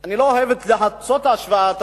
אני לא אוהב תמיד לעשות השוואה,